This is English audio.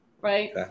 right